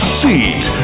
seat